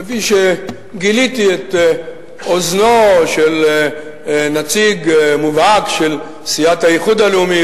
כפי שגיליתי את אוזנו של נציג מובהק של סיעת האיחוד הלאומי,